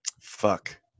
fuck